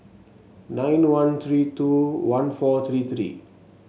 nine one three two one four three three